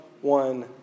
one